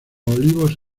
olivos